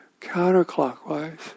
counterclockwise